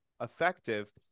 effective